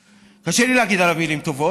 קשה לי להגיד עליו מילים טובות.